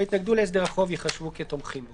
התנגדו להסדר החוב ייחשבו כתומכים."